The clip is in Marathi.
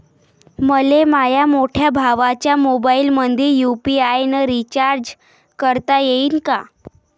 मले माह्या मोठ्या भावाच्या मोबाईलमंदी यू.पी.आय न रिचार्ज करता येईन का?